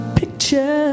picture